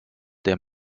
der